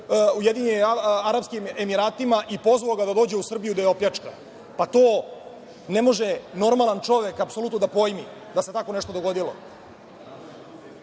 Ujedinjenim Arapskim Emiratima i pozvao ga da dođe u Srbiju da je opljačka. Pa to ne može normalan čovek apsolutno da pojmi da se tako nešto dogodilo. Da